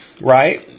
Right